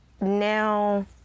now